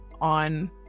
on